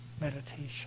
meditation